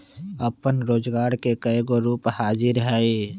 अप्पन रोजगार के कयगो रूप हाजिर हइ